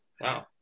Wow